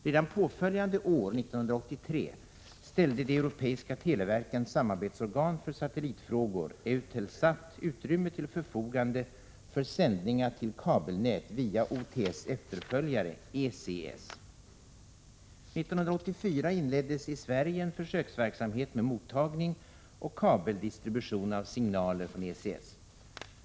Redan påföljande år, 1983, ställde de europeiska televerkens samarbetsorgan för satellitfrågor, Eutelsat, utrymme till förfogande för sändningar till kabelnät via OTS efterföljare, ECS. 1984 inleddes i vårt land en försöksverksamhet med mottagning och kabeldistribution av signaler från ECS.